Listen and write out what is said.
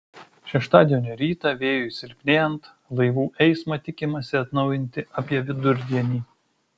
šeštadienio rytą vėjui silpnėjant laivų eismą tikimasi atnaujinti apie vidurdienį